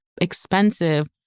expensive